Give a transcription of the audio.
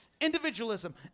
individualism